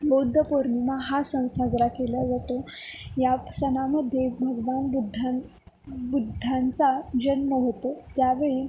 बौद्ध पौर्णिमा हा सण साजरा केला जातो या सणामध्ये भगवान बुद्धां बुद्धांचा जन्म होतो त्यावेळी